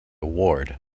ward